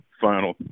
final